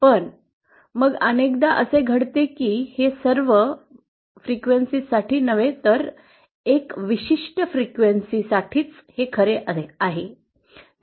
पण मग अनेकदा असे घडते की हे सर्व वारंवारते फ्रिक्वेन्सी frequency साठी नव्हे तर विशिष्ट वारंवारते फ्रिक्वेन्सी frequency साठीच हे खरे आहे